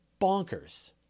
bonkers